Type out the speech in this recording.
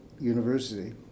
university